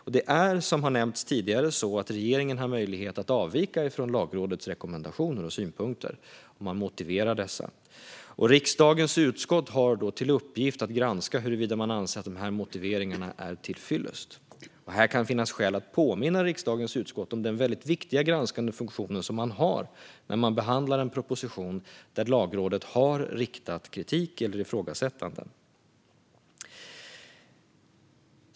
Som har nämnts tidigare har regeringen möjlighet att avvika från Lagrådets rekommendationer och synpunkter om man motiverar detta. Riksdagens utskott har då till uppgift att granska huruvida motiveringarna är till fyllest. Här kan det finnas skäl att påminna riksdagens utskott om den väldigt viktiga granskande funktion man har när man behandlar en proposition där Lagrådet har riktat kritik eller ifrågasättanden.